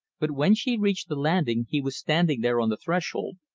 but when she reached the landing he was standing there on the threshold,